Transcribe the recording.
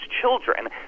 children